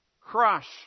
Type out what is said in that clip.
crush